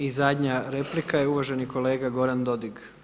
I zadnja replika je uvaženi kolega Goran Dodig.